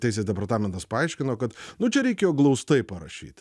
teisės departamentas paaiškino kad nu čia reikėjo glaustai parašyt